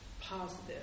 positive